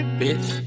bitch